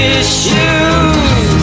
issues